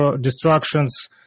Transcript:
destructions